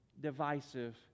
divisive